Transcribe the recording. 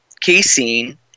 casein